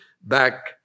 back